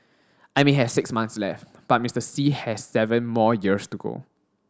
I may have six months left but Mister Xi has seven more years to go